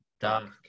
Dark